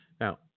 Now